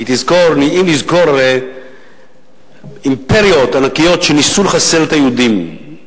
אם נזכור אימפריות ענקיות שניסו לחסל את היהודים: